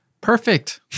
perfect